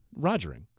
Rogering